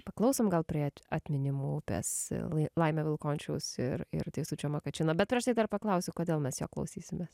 paklausom gal prie atminimo upės lai laimio vilkončiaus ir ir teisučio makačino bet prieš tai dar paklausiu kodėl mes jo klausysimės